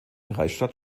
reichsstadt